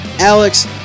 Alex